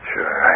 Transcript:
Sure